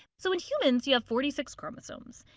so in humans, you have forty six chromosomes.